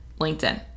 LinkedIn